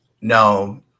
No